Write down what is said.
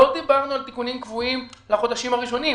לא דיברנו על תיקונים קבועים לחודשים הראשונים.